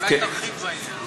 אולי תרחיב בעניין.